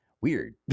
weird